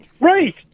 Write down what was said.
Right